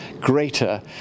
greater